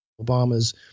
Obama's